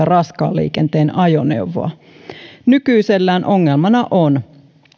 raskaan liikenteen ajoneuvoa nykyisellään ongelmana on